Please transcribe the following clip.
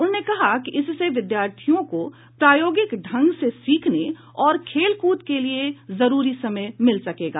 उन्होंने कहा कि इससे विद्यार्थियों को प्रायोगिक ढंग से सीखने और खेल कूद के लिए जरूरी समय मिल सकेगा